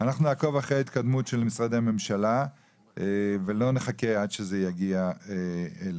אנחנו נעקוב אחרי ההתקדמות של משרדי הממשלה ולא נחכה עד שזה יגיע אלינו,